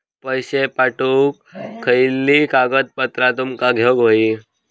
पैशे पाठवुक खयली कागदपत्रा तुमका देऊक व्हयी?